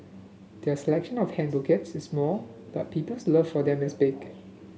their selection of hand bouquets is small but people's love for them is big